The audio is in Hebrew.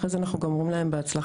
אחרי זה אנחנו גם אומרים להם בהצלחה,